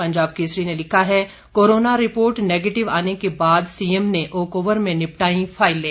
पंजाब केसरी ने लिखा है कोरोना रिपोर्ट नेगेटिव आने के बाद सीएम ने ओकओवर में निपटाई फाइलें